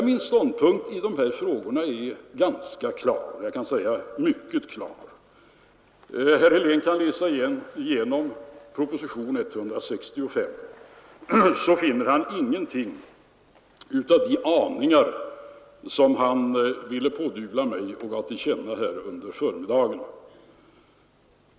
Min ståndpunkt i de här frågorna är mycket klar. Om herr Helén läser igenom propositionen 165 finner han ingenting av de aningar som han ville pådyvla mig och gav till känna här under förmiddagen.